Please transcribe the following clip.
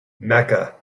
mecca